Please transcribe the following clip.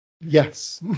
Yes